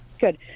Good